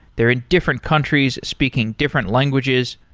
they're in different countries speaking different languages.